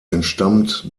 entstammt